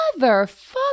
Motherfucker